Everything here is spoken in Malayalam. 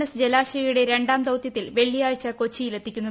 എസ് ജലാശ്ചയുടെ രണ്ടാം ദൌത്യത്തിൽ വെള്ളിയാഴ്ച കൊച്ചിയിൽ എത്തിക്കുന്നത്